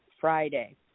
Friday